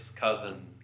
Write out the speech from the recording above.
cousin